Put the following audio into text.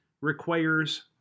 requires